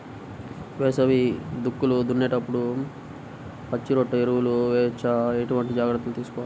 వేసవి దుక్కులు దున్నేప్పుడు పచ్చిరొట్ట ఎరువు వేయవచ్చా? ఎటువంటి జాగ్రత్తలు తీసుకోవాలి?